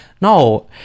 No